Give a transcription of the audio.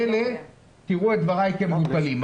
תראו את דבריי כמבוטלים.